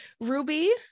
Ruby